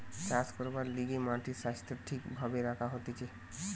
চাষ করবার লিগে মাটির স্বাস্থ্য ঠিক ভাবে রাখা হতিছে